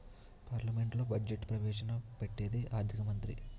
పార్లమెంట్లో బడ్జెట్ను ప్రవేశ పెట్టేది ఆర్థిక మంత్రి